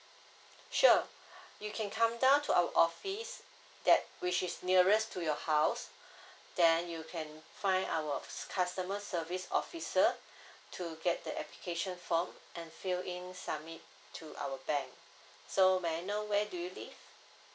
sure you can come down to our office that which is nearest to your house then you can find our customer service officer to get the application form and fill in submit to our bank so may I know where do you live